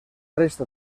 resta